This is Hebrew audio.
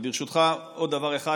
אבל ברשותך עוד דבר אחד,